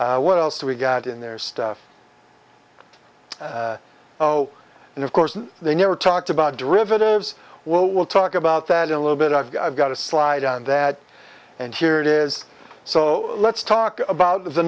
what else we got in there stuff oh and of course they never talked about derivatives well we'll talk about that in a little bit i've got a slide on that and here it is so let's talk about the